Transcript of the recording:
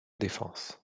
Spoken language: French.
défense